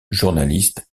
journaliste